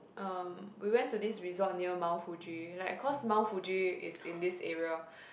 uh we went to this resort near Mount Fuji like cause Mount Fuji is in this area